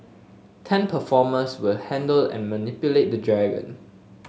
ten performers will handle and manipulate the dragon